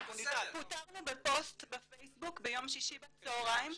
פוטרנו בפוסט בפייסבוק ביום שישי בצהריים.